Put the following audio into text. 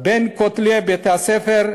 בין כותלי בית-הספר,